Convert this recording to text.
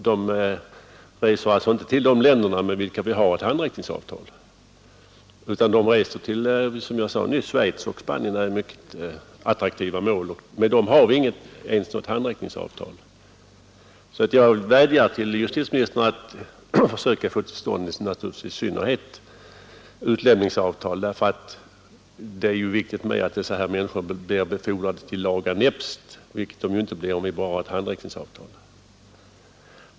De reser alltså inte till de länder, med vilka vi har ett handräckningsavtal, utan de reser, som jag nyss sade, till Schweiz och Spanien, som är mycket attraktiva mål, och med dessa länder har vi inte ens några handräckningsavtal. Jag vädjar därför till justitieministern att försöka få till stånd i första hand utlämningsavtal; det är viktigt att dessa människor blir befordrade till laga näpst, vilket de inte blir om vi bara har ett handräckningsavtal.